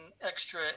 extra